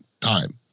time